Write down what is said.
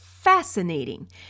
fascinating